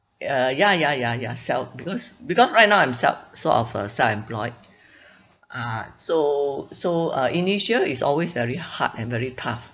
uh ya ya ya ya self because because right now I'm self sort of a self-employed ah so so uh initial is always very hard and very tough